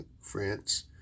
France